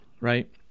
right